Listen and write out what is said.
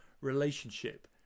relationship